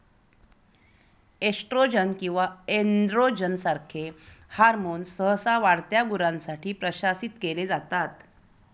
oestrogen किंवा androgen सारखे hormones सहसा वाढत्या गुरांसाठी प्रशासित केले जातात